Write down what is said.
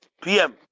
pm